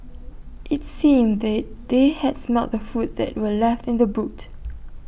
IT seemed that they had smelt the food that were left in the boot